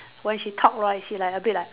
when she talk right she like a bit like